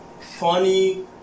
funny